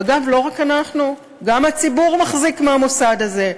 ואגב, לא רק אנחנו, גם הציבור מחזיק מהמוסד הזה.